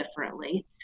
differently